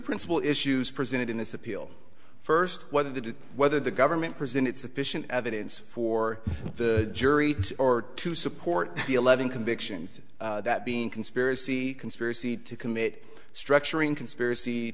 principal issues presented in this appeal first whether that is whether the government present it sufficient evidence for the jury or to support the eleven convictions that being conspiracy conspiracy to commit structuring conspiracy